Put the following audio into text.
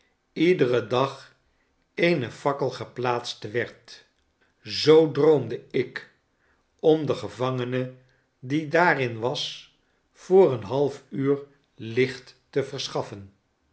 iederen dag eene fakkel geplaatst werd zoo droomde ik om den gevangene die daarin was voor een half uur licht te verschaffen